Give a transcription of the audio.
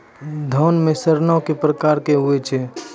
धान म सड़ना कै प्रकार के होय छै?